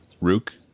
Rook